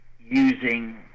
using